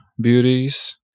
beauties